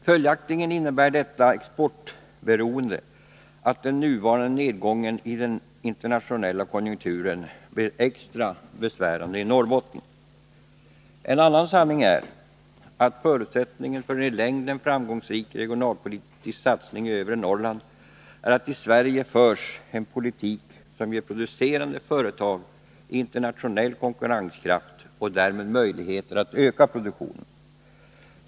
Följaktligen innebär detta exportberoende att den nuvarande nedgången i den internationella konjunkturen blir särskilt besvärande i Norrbotten. En annan sanning är att förutsättningen för en i längden framgångsrik regionalpolitisk satsning i övre Norrland är att i Sverige förs en politik som ger producerande företag internationell konkurrenskraft och därmed möjligheter att öka produktionen.